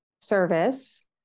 service